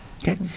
Okay